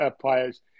players